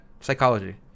psychology